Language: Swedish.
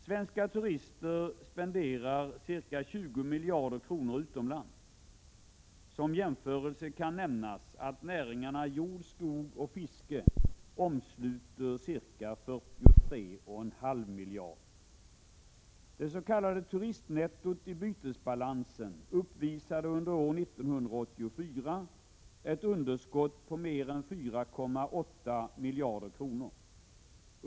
Svenska turister spenderar ca 20 miljarder kronor utomlands. Som jämförelse kan nämnas att näringarna jord, skog och fiske omsluter ca 43,5 miljarder kronor. Det s.k. turistnettot i bytesbalansen uppvisade under år 1984 ett underskott på mer än 4,8 miljarder kronor.